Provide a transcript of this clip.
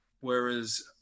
Whereas